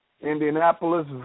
Indianapolis